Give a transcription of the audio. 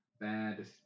bad